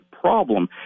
problem